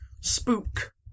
spook